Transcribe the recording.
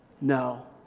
no